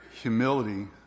humility